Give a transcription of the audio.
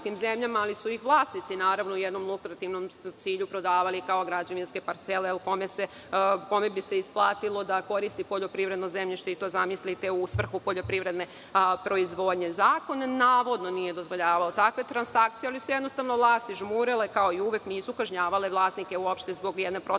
ali su ih vlasnici naravno u jednom lutrativnom cilju prodavali kao građevinske parcele, kome bi se isplatilo da koristi poljoprivredno zemljište i to, zamislite, u svrhu poljoprivredne proizvodnje. Zakon navodno nije dozvoljavao takve transakcije, ali su jednostavno vlasti žmurile kao uvek i nisu kažnjavale vlasnike uopšte zbog jedne protivzakonite